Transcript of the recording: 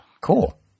Cool